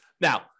Now